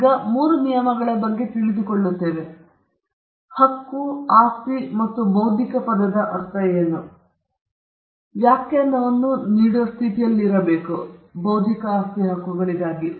ಈಗ ಈ ಮೂರು ನಿಯಮಗಳ ಬಗ್ಗೆ ನಾವು ತಿಳಿದುಕೊಳ್ಳುತ್ತೇವೆ ಯಾವ ಹಕ್ಕುಗಳು ಯಾವ ಆಸ್ತಿ ಮತ್ತು ಬೌದ್ಧಿಕ ಪದದಿಂದ ಅರ್ಥವೇನು ನಾವು ಮುಂದುವರೆಯಲು ಮತ್ತು ವ್ಯಾಖ್ಯಾನವನ್ನು ನೀಡುವ ಸ್ಥಿತಿಯಲ್ಲಿರಬೇಕು ಬೌದ್ಧಿಕ ಆಸ್ತಿ ಹಕ್ಕುಗಳಿಗಾಗಿ